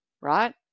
right